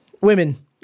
women